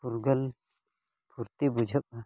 ᱯᱷᱩᱨᱜᱟᱹᱞ ᱯᱷᱩᱨᱛᱤ ᱵᱩᱡᱷᱟᱹᱜᱼᱟ